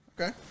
Okay